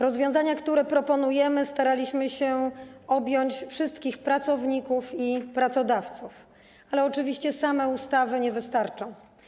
Rozwiązaniami, które proponujemy, staraliśmy się objąć wszystkich pracowników i pracodawców, ale oczywiście same ustawy nie wystarczą.